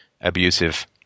abusive